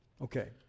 Okay